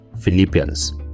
Philippians